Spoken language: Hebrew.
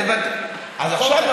אז עכשיו,